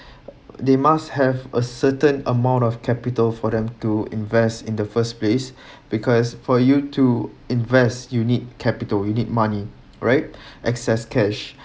they must have a certain amount of capital for them to invest in the first place because for you to invest you need capital you need money right excess cash